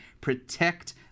protect